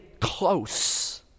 close